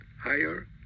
higher